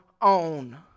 own